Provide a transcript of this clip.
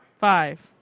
five